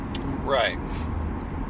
Right